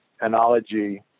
analogy